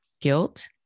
guilt